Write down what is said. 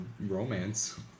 romance